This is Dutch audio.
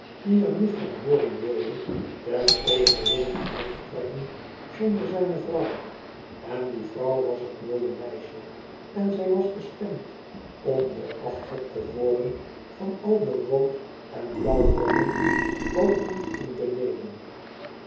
die er niet van hooren wilde ter overwinning uit te trekken zonder zijne vrouw en die vrouw was het mooie meisje en zij was bestemd om de afgod te worden van al de rood en blau wrokken boven en beneden